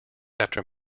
after